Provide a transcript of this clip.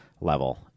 level